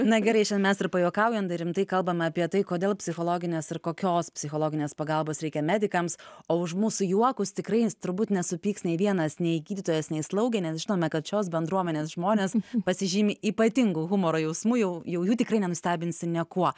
na gerai šian mes ir pajuokaujam ir rimtai kalbam apie tai kodėl psichologinės ir kokios psichologinės pagalbos reikia medikams o už mūsų juokus tikrai turbūt nesupyks nei vienas nei gydytojas nei slaugė nes žinome kad šios bendruomenės žmonės pasižymi ypatingu humoro jausmu jau jau jų tikrai nenustebinsi niekuo